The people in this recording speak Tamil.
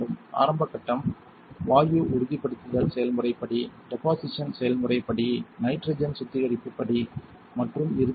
ஆரம்ப கட்டம் வாயு உறுதிப்படுத்தல் செயல்முறை படி டெபொசிஷன் செயல்முறை படி நைட்ரஜன் சுத்திகரிப்பு படி மற்றும் இறுதி படி